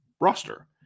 roster